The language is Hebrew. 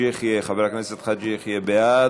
חבר הכנסת חאג' יחיא בעד,